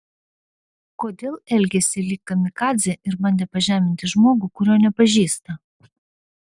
kodėl elgėsi lyg kamikadzė ir bandė pažeminti žmogų kurio nepažįsta